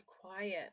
quiet